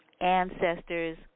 ancestors